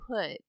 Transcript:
put